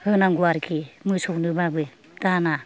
होनांगौ आरोखि मोसौनोबाबो दाना